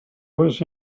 was